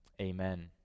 Amen